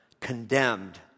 condemned